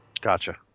Gotcha